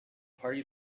party